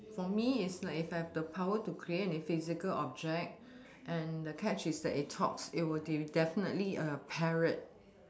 for me it's like if I have the power to create any physical object and the catch is that it talks it will be definitely a parrot